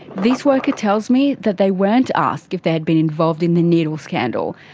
this worker tells me that they weren't asked if they had been involved in the needle scandal,